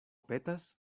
petas